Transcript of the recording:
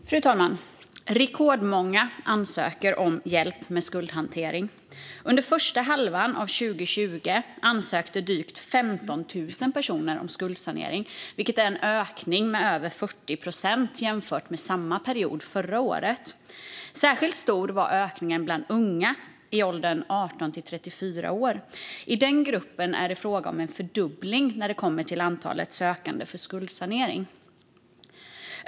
Fru talman! Rekordmånga ansöker om hjälp med skuldhantering. Under första halvan av 2020 ansökte drygt 15 000 personer om skuldsanering, vilket är en ökning med över 40 procent jämfört med samma period förra året. Särskilt stor var ökningen bland unga i åldern 18-34 år. I den gruppen är det fråga om en fördubbling av antalet sökande för skuldsanering.